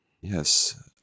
Yes